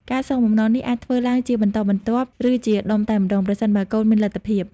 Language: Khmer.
ការសងបំណុលនេះអាចធ្វើឡើងជាបន្តបន្ទាប់ ឬជាដុំតែម្ដង ប្រសិនបើកូនមានលទ្ធភាព។